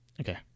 Okay